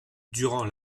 durant